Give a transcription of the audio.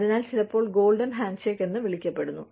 അതിനാൽ ചിലപ്പോൾ golden handshake എന്ന് വിളിക്കപ്പെടുന്നു